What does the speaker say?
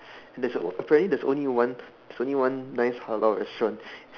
there's a apparently there's only one there's only one nice halal restaurant